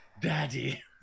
daddy